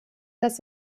das